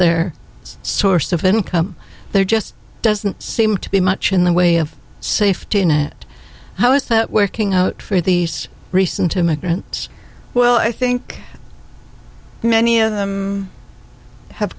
their source of income there just doesn't seem to be much in the way of safety net how is that working out for these recent immigrants well i think many of them have